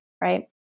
right